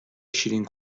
شیرین